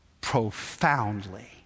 profoundly